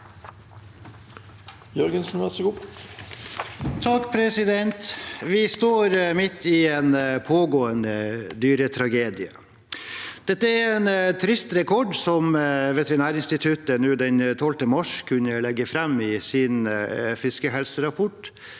(R) Vi står midt i en på- gående dyretragedie. Dette er en trist rekord, som Veterinærinstituttet den 12. mars kunne legge fram i sin fiskehelserapport.